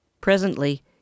Presently